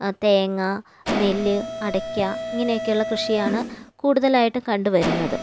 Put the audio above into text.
തേങ്ങ നെല്ല് അടയ്ക്ക ഇങ്ങനെയൊക്കെയുള്ള കൃഷിയാണ് കൂടുതലായിട്ടും കണ്ടുവരുന്നത്